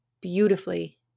beautifully